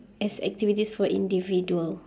as activities for individual